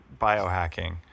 biohacking